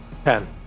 Ten